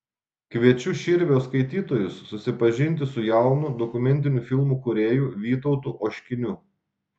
kviečiu širvio skaitytojus susipažinti su jaunu dokumentinių filmų kūrėju vytautu oškiniu